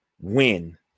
win